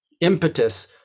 impetus